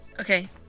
Okay